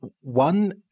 one